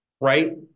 right